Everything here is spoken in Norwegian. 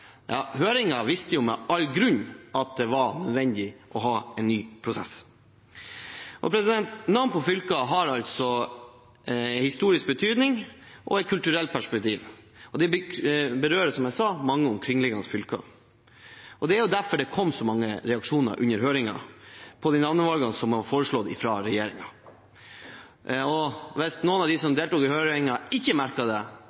med all tydelighet at det var nødvendig å ha en ny prosess. Navn på fylker har historisk betydning og et kulturelt perspektiv. Det berører, som jeg sa, mange omkringliggende fylker. Det var derfor det under høringen kom så mange reaksjoner på navnene som var foreslått av regjeringen. Hvis noen av de som deltok i høringen, ikke merket det,